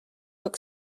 look